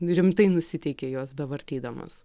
rimtai nusiteiki juos bevartydamas